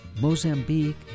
Mozambique